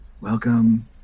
welcome